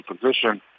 position